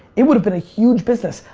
it would've been a huge business.